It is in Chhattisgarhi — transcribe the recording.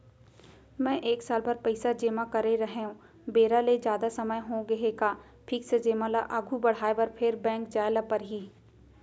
मैं एक साल बर पइसा जेमा करे रहेंव, बेरा ले जादा समय होगे हे का फिक्स जेमा ल आगू बढ़ाये बर फेर बैंक जाय ल परहि?